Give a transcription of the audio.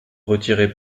retirez